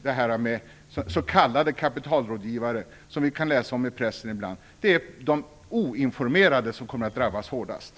Det är de oinformerade som kommer att drabbas hårdast av dessa s.k. kapitalrådgivare som vi ibland kan läsa om i pressen.